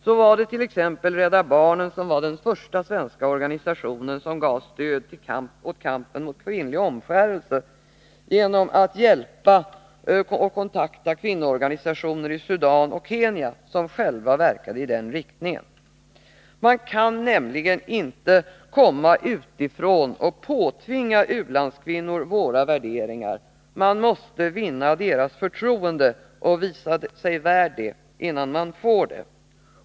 Så var t.ex. Rädda barnen den första svenska organisation som gav stöd åt kampen mot kvinnlig omskärelse, och det gjorde man genom att kontakta och hjälpa kvinnoorganisationer i Sudan och Kenya, som själva verkade i den riktningen. Man kan nämligen inte komma utifrån och påtvinga ulandskvinnor våra värderingar — man måste vinna deras förtroende och visa sig värd det, innan man får det.